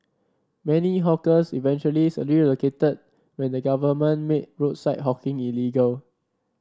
many hawkers eventually relocated when the government made roadside hawking illegal